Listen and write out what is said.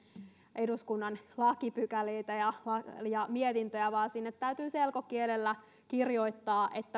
eduskunnan lakipykäliä ja ja mietintöjä vaan sinne täytyy selkokielellä kirjoittaa